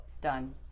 done